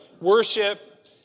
worship